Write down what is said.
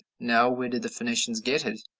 now where did the phoenicians get it?